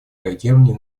реагирования